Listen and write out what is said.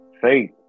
Faith